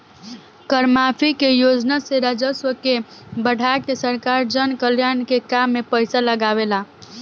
कर माफी के योजना से राजस्व के बढ़ा के सरकार जनकल्याण के काम में पईसा लागावेला